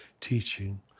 teaching